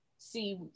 see